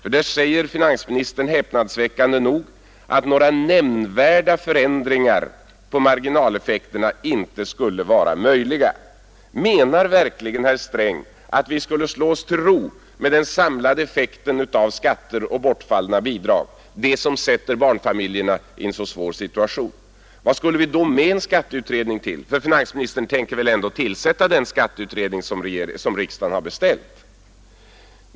Om dem säger finansministern häpnadsväckande nog, att några nämnvärda förändringar på marginaleffekterna inte skulle vara möjliga. Menar verkligen herr Sträng, att vi skulle slå oss till ro med den samlade effekten av skatter och bortfallna bidrag, som sätter barnfamiljerna i en så svår situation? Vad skulle vi då med en skatteutredning till, för finansministern tänker väl ändå tillsätta den skatteutredning som riksdagen har beställt?